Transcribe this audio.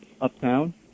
Uptown